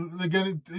again